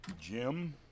Jim